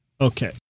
Okay